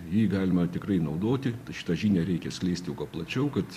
jį galima tikrai naudoti šitą žinią reikia skleist jau kuo plačiau kad